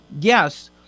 Yes